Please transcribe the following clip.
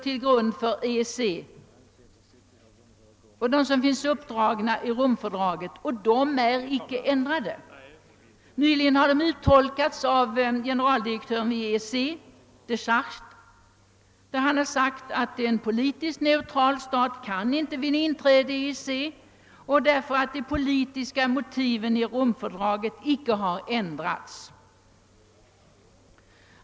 Vi har som sagt reserverat oss mot grunderna i Romfördraget, och de grunderna har icke ändrats. Nyligen har dessa också uttolkats av EEC:s generaldirektör de Schacht, som förklarat att en politiskt neutral stat inte kan vinna inträde i EEC, eftersom de politiska motiven i Romfördraget är oförändrade.